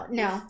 no